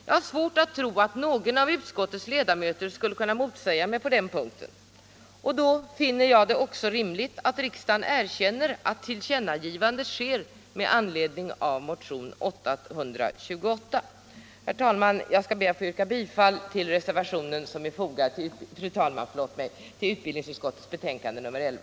Jag har svårt att tro att någon av utskottets ledamöter skulle kunna motsäga mig på den punkten. Då finner jag det också rimligt att riksdagen erkänner att tillkännagivandet sker med anledning av motionen 828. Fru talman! Jag skall be att få yrka bifall till reservationen som är fogad till utbildningsutskottets betänkande nr 11.